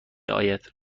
آید